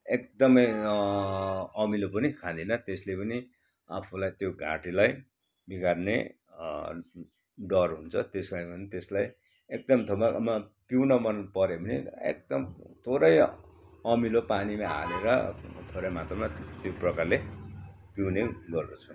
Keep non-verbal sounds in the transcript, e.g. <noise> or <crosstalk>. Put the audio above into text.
एकदमै अमिलो पनि खाँदिन त्यसले पनि आफूलाई त्यो घाँटीलाई बिगार्ने डर हुन्छ त्यसै कारण त्यसलाई एकदम <unintelligible> पिउन मन परे भने एकदम थोरै अमिलो पानी हालेर थोरै मात्रमा त्यो प्रकारले पिउने गर्दछु